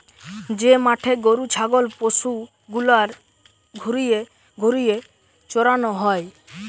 যে মাঠে গরু ছাগল পশু গুলার ঘুরিয়ে ঘুরিয়ে চরানো হয়